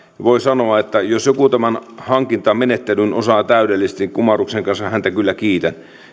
voi sanoa että jos joku tämän hankintamenettelyn osaa täydellisesti kumarruksen kanssa häntä kyllä kiitän